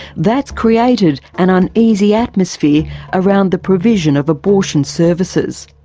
that's created an uneasy atmosphere around the provision of abortion services.